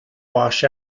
wash